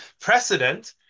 precedent